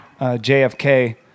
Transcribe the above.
JFK